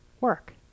work